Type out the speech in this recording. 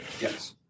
yes